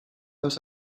los